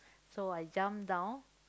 so I jump down